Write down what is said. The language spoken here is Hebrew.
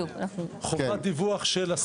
חובת דיווח של השר?